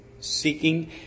seeking